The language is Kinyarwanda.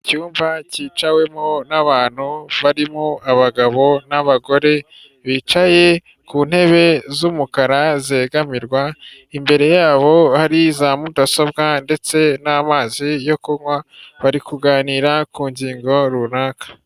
Icyumba cyicawemo n'abantu barimo abagabo n'abagore, bicaye ku ntebe z'umukara zegamirwa, imbere yabo hari za mudasobwa ndetse n'amazi yo kunywa, bari kuganira ku ngingo runaka.